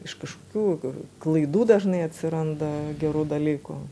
iš kažkokių klaidų dažnai atsiranda gerų dalykų